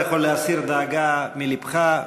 אתה יכול להסיר דאגה מלבך.